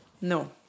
No